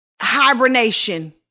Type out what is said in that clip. hibernation